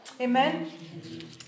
Amen